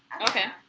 Okay